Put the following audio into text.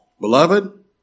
Beloved